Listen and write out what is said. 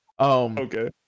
Okay